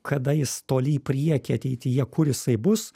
kada jis toli į priekį ateityje kur jisai bus